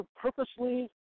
purposely